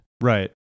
Right